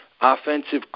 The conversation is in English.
offensive